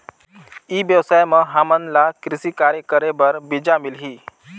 ई व्यवसाय म हामन ला कृषि कार्य करे बर बीजा मिलही?